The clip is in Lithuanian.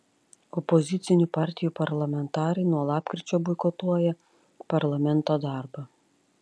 opozicinių partijų parlamentarai nuo lapkričio boikotuoja parlamento darbą